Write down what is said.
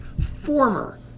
former